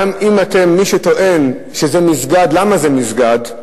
גם מי שטוען שזה מסגד, למה זה מסגד?